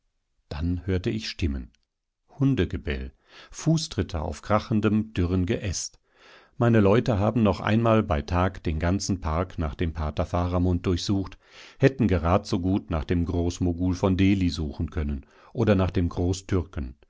dann hörte ich stimmen hundegebell fußtritte auf krachendem dürren geäst meine leute haben noch einmal bei tag den ganzen park nach dem pater faramund durchsucht hätten gerad so gut nach dem großmogul von delhi suchen können oder nach dem